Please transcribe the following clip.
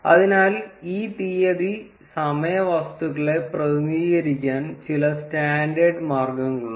അതിനാൽ ഈ തീയതി സമയ വസ്തുക്കളെ പ്രതിനിധീകരിക്കാൻ ചില സ്റ്റാൻഡേർഡ് മാർഗങ്ങളുണ്ട്